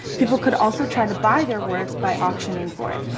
people could also try to buy their work by auctioning for it.